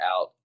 out